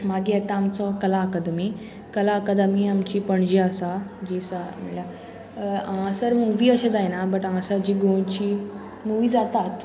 मागीर येता आमचो कला अकादमी कला अकादमी आमची पणजे आसा जी सगळ्या हांगासर मुवी अशें जायना बट हांगासर जी गोंयची मुवी जातात